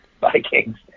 Vikings